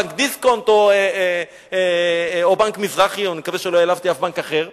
בנק דיסקונט או בנק מזרחי אני מקווה שלא העלבתי אף בנק אחר.